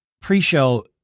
pre-show